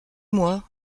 mois